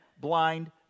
blind